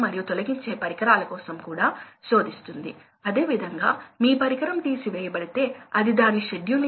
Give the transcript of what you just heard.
మరియు ఎంత డబ్బు వాటిని నిర్వహించడానికి సేవింగ్స్ చేయవచ్చా అనే దానిపై ఆధారపడి ఉంటుంది